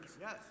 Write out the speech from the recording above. Yes